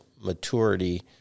maturity